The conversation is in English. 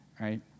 Right